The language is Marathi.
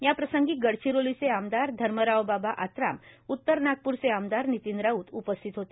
याप्रसंगी गडचिरोलीचे आमदार धर्मरावबाबा आत्रामए उत्तर नागपूरचे आमदार नितीन राऊत उपस्थित होते